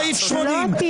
שאלה טובה.